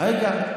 רגע, רגע.